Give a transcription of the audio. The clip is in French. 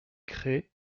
crêts